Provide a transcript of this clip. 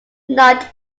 not